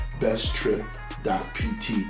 besttrip.pt